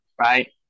right